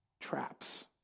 traps